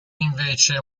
invece